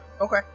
Okay